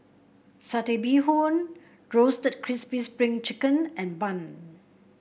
Satay Bee Hoon Roasted Crispy Spring Chicken and bun